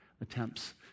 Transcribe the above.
attempts